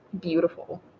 beautiful